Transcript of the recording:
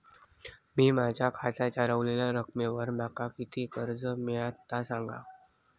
मी माझ्या खात्याच्या ऱ्हवलेल्या रकमेवर माका किती कर्ज मिळात ता सांगा?